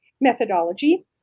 methodology